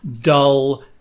dull